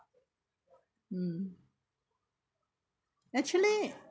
mm actually